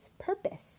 purpose